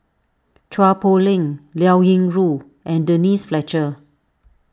Chua Poh Leng Liao Yingru and Denise Fletcher